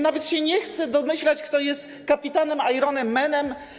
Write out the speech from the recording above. Nawet się nie chcę domyślać, kto jest kapitanem, Iron Manem.